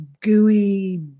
gooey